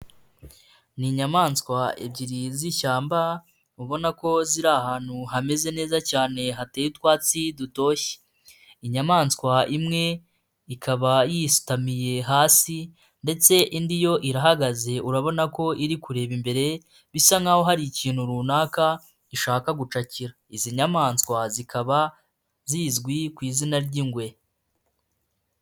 Ni inyamaswa ebyiri z'ishyamba, ubona ko ziri ahantu hameze neza cyane hateye utwatsi dutoshye. Inyamaswa imwe ikaba yisutamiye hasi ndetse indi yo irahagaze urabona ko iri kureba imbere bisa nk'ahoho hari ikintu runaka ishaka gucakira. Izi nyamaswa zikaba zizwi ku izina ry'ingwe.